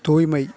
தூய்மை